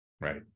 Right